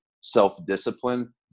self-discipline